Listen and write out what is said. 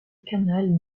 canale